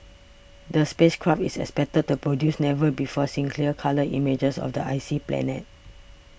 the space craft is expected to produce never before seen clear colour images of the icy planet